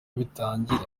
bitangire